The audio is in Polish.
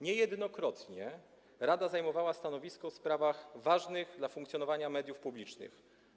Niejednokrotnie rada zajmowała stanowisko w sprawach ważnych dla funkcjonowania mediów publicznych.